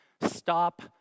Stop